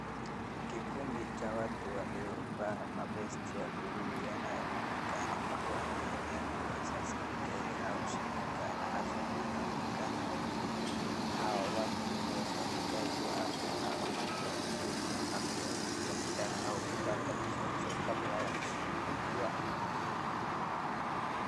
Kikundi cha watu waliovaa mavesti ya bluu yanayo onekana kuwa na nembo za serikali au shirika la afya inaonekana hawa watu ni wafanya kazi wa afya au watu wa wahuduma wa afya wakiandaa au kupata mafunzo kabla ya kushughulikia....